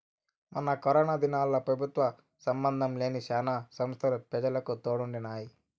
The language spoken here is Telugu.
మొన్న కరోనా దినాల్ల పెబుత్వ సంబందం లేని శానా సంస్తలు పెజలకు తోడుండినాయి